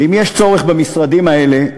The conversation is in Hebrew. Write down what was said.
ואם יש צורך במשרדים האלה,